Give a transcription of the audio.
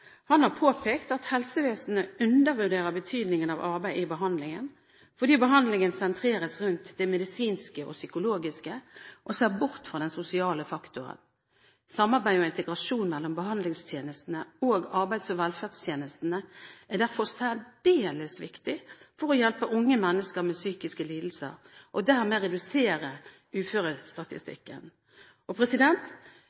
Han har påpekt at helsevesenet undervurderer betydningen av arbeid i behandlingen, fordi behandlingen sentreres rundt det medisinske og psykologiske og ser bort fra den sosiale faktoren. Samarbeid og integrasjon mellom behandlingstjenestene og arbeids- og velferdstjenestene er derfor særdeles viktig for å hjelpe unge mennesker med psykiske lidelser og dermed redusere uførestatistikken. Jeg er